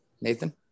Nathan